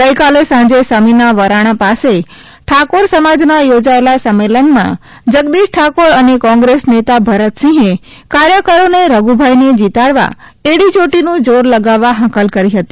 ગઈકાલે સાંજે સમીના વરાણા પાસે ઠાકોર સમાજના યોજાયેલા સંમેલનમાં જગદીશ ઠાકોર અને કોંગ્રેસ નેતા ભરતસિંહે કાર્યકરોને રધુભાઈને જીતાડવા એડી ચોટીનું જોર લગાવવા હાંકલ કરી હતી